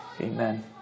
amen